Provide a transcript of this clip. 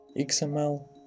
XML